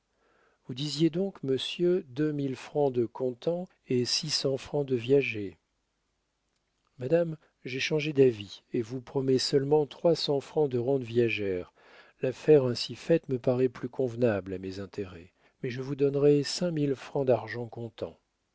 vous disiez donc monsieur deux mille francs de comptant et six cents francs de viager madame j'ai changé d'avis et vous promets seulement trois cents francs de rente viagère l'affaire ainsi faite me paraît plus convenable à mes intérêts mais je vous donnerai cinq mille francs d'argent comptant